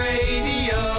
Radio